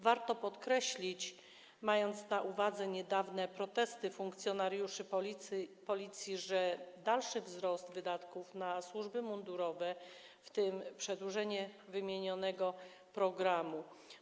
Warto podkreślić, mając na uwadze niedawne protesty funkcjonariuszy Policji, dalszy wzrost wydatków na służby mundurowe, w tym na przedłużenie wymienionego programu.